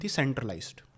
centralized